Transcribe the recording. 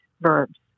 verbs